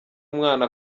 umwana